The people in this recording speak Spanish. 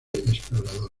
explorador